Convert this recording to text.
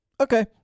Okay